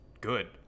good